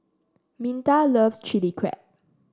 Minta loves Chili Crab